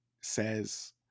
says